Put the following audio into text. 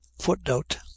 footnote